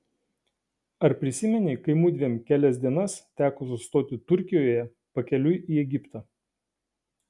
ar prisimeni kai mudviem kelias dienas teko sustoti turkijoje pakeliui į egiptą